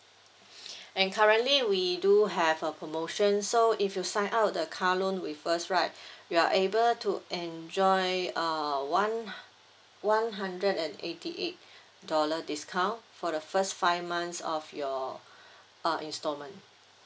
and currently we do have a promotion so if you sign up the car loan with us right you are able to enjoy uh one one hundred and eighty eight dollar discount for the first five months of your uh instalment